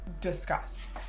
discuss